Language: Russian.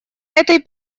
этой